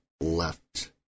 left